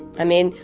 i mean,